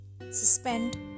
Suspend